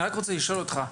אני רק רוצה לשאול אותך,